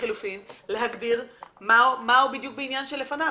להגדיר מה זה,